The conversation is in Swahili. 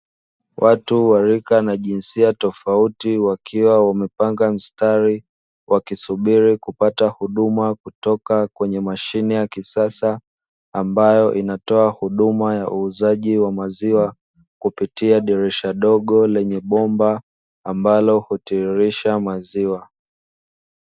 Watu wa rika na jinsia tofauti wakiwa wamepanga mstari wakisubiri kupata huduma kutoka kwenye mashine ya kisasa, ambayo inatoa huduma ya uuzaji wa maziwa, kupitia dirisha dogo lenye bomba ambalo hutiririsha maziwa.